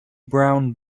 brown